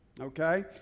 okay